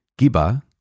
Giba